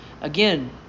again